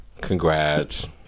congrats